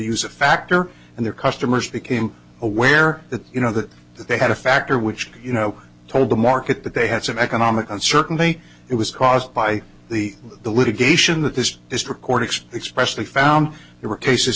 use factor and their customers became aware that you know that they had a factor which you know told the market that they had some economic uncertainly it was caused by the the litigation that this is record express they found there were cases